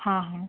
हाँ हाँ